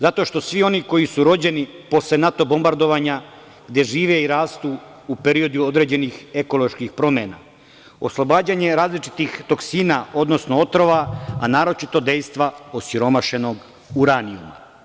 Zato što svi oni koji su rođeni posle NATO bombardovanja, gde žive i rastu u periodu određenih ekoloških promena, oslobađanje različitih toksina, odnosno otrova, a naročito dejstva osiromašenog uranijuma.